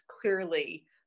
clearly